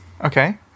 Okay